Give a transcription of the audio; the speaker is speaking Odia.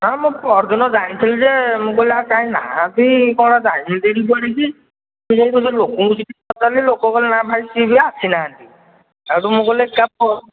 ହଁ ମୁଁ ପଅରଦିନ ଯାଇଥିଲି ଯେ ମୁଁ କହିଲି ଆଉ କାଇଁ ନାହାଁନ୍ତି କ'ଣ ଯାଇଛନ୍ତି କୁଆଡ଼େ କି ସେ ଯାଇ ଲୋକଙ୍କୁ ପଚାରିଲି ଲୋକ କହିଲେ ନା ଭାଇ ସିଏ ବି ଆସି ନାହାଁନ୍ତି ସେଇଠୁ ମୁଁ କହିଲି ଚାପ